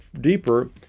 deeper